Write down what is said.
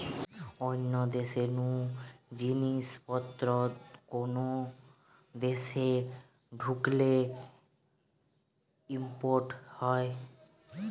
অন্য দেশ নু জিনিস পত্র কোন দেশে ঢুকলে ইম্পোর্ট হয়